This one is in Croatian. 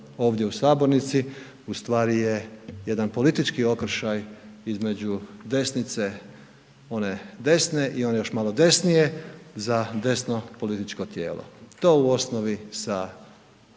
ovdje u sabornici u stvari je jedan politički okršaj između desnice one desne i one još malo desnije za desno političko tijelo. To u osnovi sa